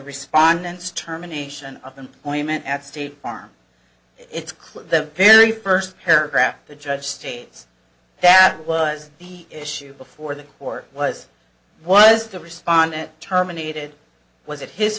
respondents terminations of employment at state farm it's clear the very first paragraph the judge states that was the issue before the court was was the respondent terminated was it his